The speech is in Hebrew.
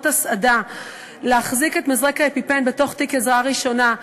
הסעדה להחזיק את מזרק האפיפן בתוך תיק העזרה הראשונה.